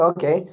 Okay